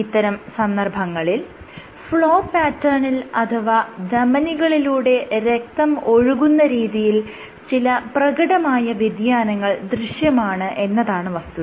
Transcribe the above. ഇത്തരം സന്ദർഭങ്ങളിൽ ഫ്ലോ പാറ്റേണിൽ അഥവാ ധമനികളിലൂടെ രക്തം ഒഴുകുന്ന രീതിയിൽ ചില പ്രകടമായ വ്യതിയാനങ്ങൾ ദൃശ്യമാണ് എന്നതാണ് വസ്തുത